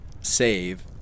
save